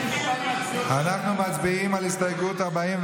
אנחנו מצביעים על הסתייגות 41,